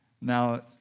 Now